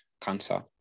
cancer